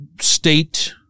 state